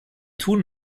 tun